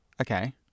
Okay